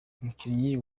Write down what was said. umukinnyi